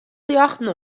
ljochten